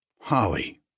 Holly